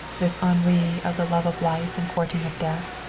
this henri of the love of life and courting of death?